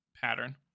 pattern